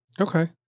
Okay